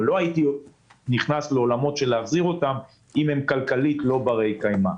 אבל לא הייתי נכנס לעולמות של להחזיר אותם אם הם כלכלית לא ברי-קיימא.